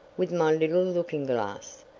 with my little looking glass.